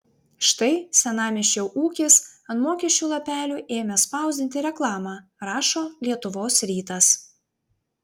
štai senamiesčio ūkis ant mokesčių lapelių ėmė spausdinti reklamą rašo lietuvos rytas